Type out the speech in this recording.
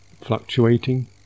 fluctuating